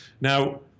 Now